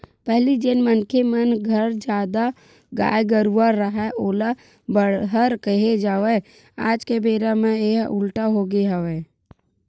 पहिली जेन मनखे मन घर जादा गाय गरूवा राहय ओला बड़हर केहे जावय आज के बेरा म येहा उल्टा होगे हवय